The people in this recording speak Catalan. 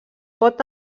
pot